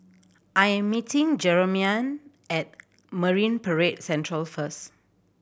I am meeting Jermaine at Marine Parade Central first